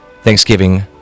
Thanksgiving